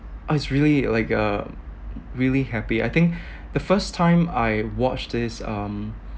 ah it's really like a really happy I think the first time I watched this um